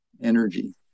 energy